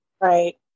Right